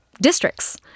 districts